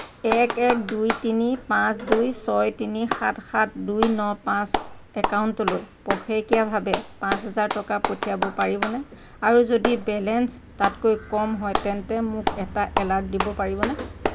এক এক দুই তিনি পাঁচ দুই ছয় তিনি সাত সাত দুই ন পাঁচ একাউণ্টলৈ পষেকীয়াভাৱে পাঁচ হাজাৰ টকা পঠিয়াব পাৰিবনে আৰু যদি বেলেঞ্চ তাতকৈ কম হয় তেন্তে মোক এটা এলাৰ্ট দিব পাৰিবনে